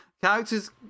Characters